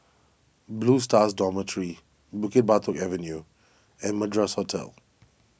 Blue Stars Dormitory Bukit Batok Avenue and Madras Hotel